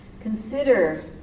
Consider